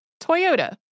Toyota